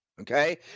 Okay